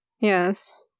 Yes